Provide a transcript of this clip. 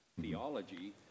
theology